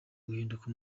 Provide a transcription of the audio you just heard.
guhinduka